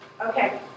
okay